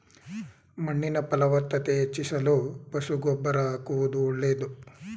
ಮಣ್ಣಿನ ಫಲವತ್ತತೆ ಹೆಚ್ಚಿಸಲು ಪಶು ಗೊಬ್ಬರ ಆಕುವುದು ಒಳ್ಳೆದು